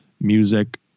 music